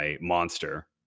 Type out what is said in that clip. Monster